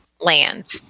land